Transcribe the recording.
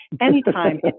anytime